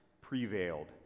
prevailed